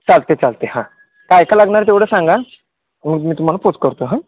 चालते चालते हां काय काय लागणार तेवढं सांगा मग मी तुम्हाला पोच करतो हां